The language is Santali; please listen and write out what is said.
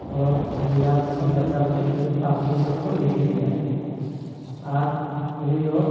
ᱟᱨ ᱨᱮᱭᱟᱲ ᱛᱮᱵᱚᱱ ᱵᱟᱪᱷᱟ ᱞᱟᱹᱜᱤᱫ ᱩᱱᱤᱫᱚ ᱯᱟᱨᱠᱚᱢ ᱨᱮᱜᱮ ᱵᱚᱱ ᱜᱤᱛᱤᱡᱮᱭᱟ ᱟᱨ ᱩᱱᱤᱫᱚ